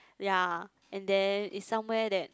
ya and then is somewhere that